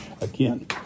Again